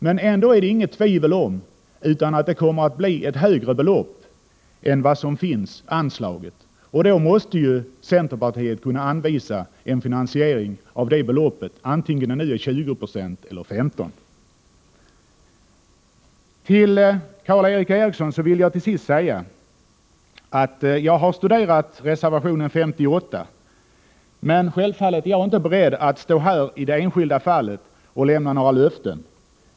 Men ändå är det inget tvivel om att det kommer att bli ett högre belopp än vad som finns anslaget. Då måste jucenterpartiet kunna anvisa en finansiering av det beloppet, antingen det nu är 20 96 eller 15. Till sist vill jag säga till Karl Erik Eriksson att jag har studerat reservation 58, men självfallet är jag inte beredd att stå här och lämna några löften i det enskilda fallet.